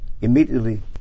immediately